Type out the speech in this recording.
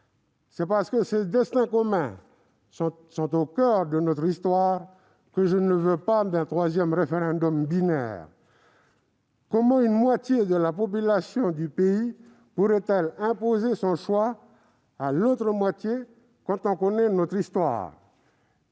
C'est parce que ces destins communs sont au coeur de notre histoire que je ne veux pas d'un troisième référendum binaire : comment la moitié de la population du pays pourrait-elle imposer son choix à l'autre moitié, quand on connaît notre histoire ?